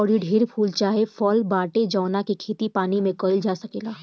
आऊरी ढेरे फूल चाहे फल बाटे जावना के खेती पानी में काईल जा सकेला